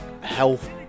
health